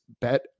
bet